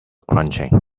crunching